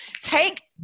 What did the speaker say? take